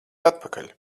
atpakaļ